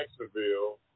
Jacksonville